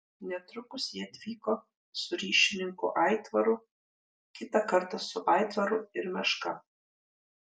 netrukus ji atvyko su ryšininku aitvaru kitą kartą su aitvaru ir meška